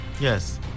yes